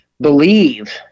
believe